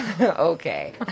Okay